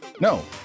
No